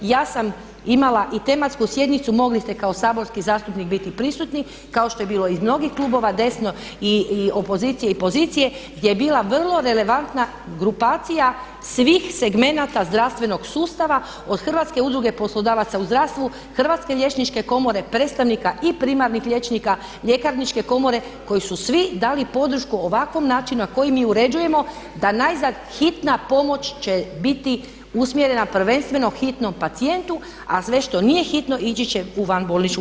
Ja sam imala i tematsku sjednicu, mogli ste kao saborski zastupnik biti prisutni kao što je bilo i mnogih klubova desno i opozicije i pozicije gdje je bila vrlo relevantna grupacija svih segmenata zdravstvenog sustava od Hrvatske udruge poslodavaca u zdravstvu, Hrvatske liječničke komore, predstavnika i primarnih liječnika Ljekarničke komore koji su svi dali podršku ovakvom načinu na koji mi uređujemo da najzad hitna pomoć će biti usmjerena prvenstveno hitnom pacijentu, a sve što nije hitno ići će u vanbolničku hitnu.